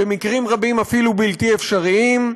במקרים רבים אפילו בלתי אפשריים.